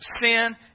sin